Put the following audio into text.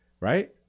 Right